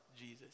Jesus